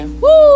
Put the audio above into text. Woo